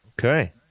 Okay